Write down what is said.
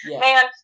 Man